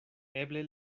eble